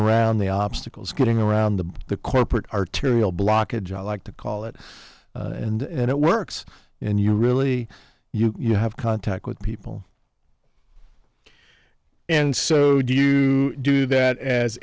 around the obstacles getting around the the corporate arterial blockage i like to call it and it works and you really you have contact with people and so do you do that as